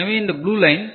எனவே இது blue line